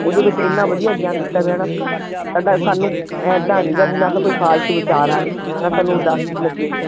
ਉਹਦੇ ਵਿੱਚ ਇੰਨਾ ਵਧੀਆ ਗਿਆਨ ਦਿੱਤਾ ਵਿਆ ਨਾ ਸਾਡਾ ਸਾਨੂੰ ਇੱਦਾਂ ਨਹੀਂ ਗਾ ਵੀ ਨਾ ਤਾਂ ਕੋਈ ਫਾਲਤੂ ਵਿਚਾਰ ਆਵੇ ਨਾ ਸਾਨੂੰ ਉਦਾਸੀ ਲੱਗੇ